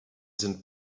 sind